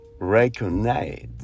Recognize